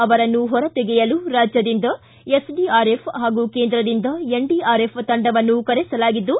ಅವರನ್ನು ಹೊರತೆಗೆಯಲು ರಾಜ್ಯದಿಂದ ಎಸ್ಡಿಆರ್ಎಫ್ ಹಾಗೂ ಕೇಂದ್ರದಿಂದ ಎನ್ಡಿಆರ್ಎಫ್ ತಂಡವನ್ನು ಕರೆಸಲಾಗಿದ್ದು